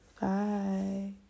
Bye